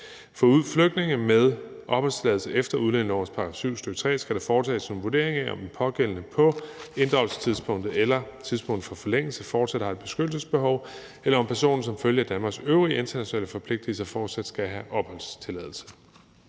For flygtninge med opholdstilladelse efter udlændingelovens § 7, stk. 3, skal der foretages en vurdering af, om den pågældende på inddragelsestidspunktet eller tidspunktet for forlængelse fortsat har et beskyttelsesbehov, eller om personen som følge af Danmarks øvrige internationale forpligtigelser fortsat skal have opholdstilladelse.